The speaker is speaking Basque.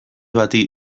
bati